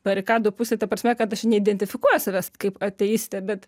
barikadų pusėj ta prasme kad aš neidentifikuoja savęs kaip ateistė bet